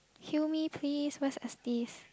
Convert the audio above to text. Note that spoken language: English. heal me please where is